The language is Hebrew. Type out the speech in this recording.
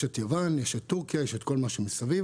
יוון, טורקיה וכל מה שמסביב